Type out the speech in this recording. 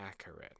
accurate